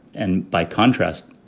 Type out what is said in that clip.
and by contrast,